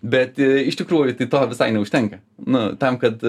bet iš tikrųjų to visai neužtenka nu tam kad